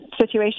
situation